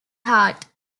heart